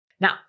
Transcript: Now